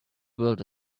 world